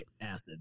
acid